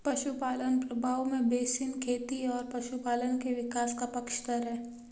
पशुपालन प्रभाव में बेसिन खेती और पशुपालन के विकास का पक्षधर है